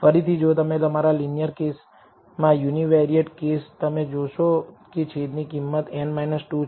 ફરીથી જો તમે તમારા લીનીયર કેસમાં યુનીવેરીયેટ કેસ તમે જોશો કે છેદ ની કિંમત n 2 છે